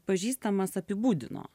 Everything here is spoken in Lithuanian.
pažįstamas apibūdino